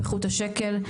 פיחות השקל.